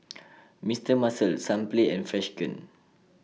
Mister Muscle Sunplay and Freshkon